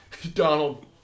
Donald